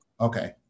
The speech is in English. Okay